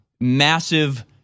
massive